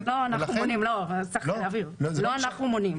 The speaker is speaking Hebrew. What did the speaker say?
לא אנחנו מונעים.